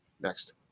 Next